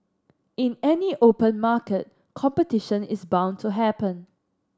in any open market competition is bound to happen